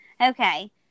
okay